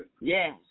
Yes